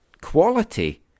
quality